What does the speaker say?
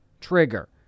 trigger